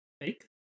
Fake